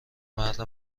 مرد